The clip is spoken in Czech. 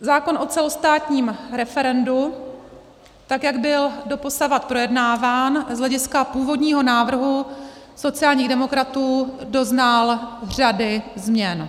Zákon o celostátním referendu, tak jak byl doposavad projednáván z hlediska původního návrhu sociálních demokratů, doznal řady změn.